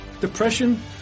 depression